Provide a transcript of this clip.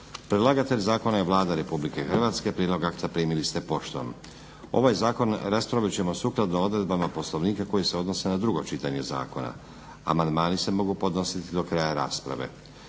Predlagatelj zakona je Vlada Republike Hrvatske. Prijedlog akta primili ste poštom. Ovaj zakon raspravit ćemo sukladno odredbama Poslovnika koje se odnose na drugo čitanje zakona. Amandmani se mogu podnositi do kraja rasprave.